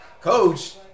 Coach